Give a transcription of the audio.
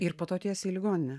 ir po to tiesiai į ligoninę